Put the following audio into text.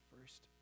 first